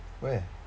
where